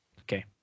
Okay